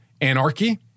anarchy